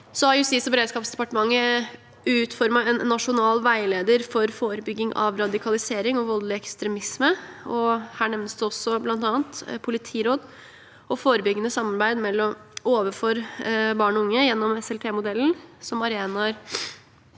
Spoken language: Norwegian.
Justis- og beredskapsdepartementet utformet Nasjonal veileder for forebygging av radikalisering og voldelig ekstremisme. Her nevnes det bl.a. politiråd og forebyggende samarbeid overfor barn og unge gjennom SLT-modellen, Samordning